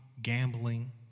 Gambling